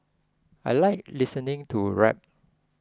I like listening to rap